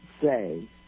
say